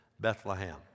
Bethlehem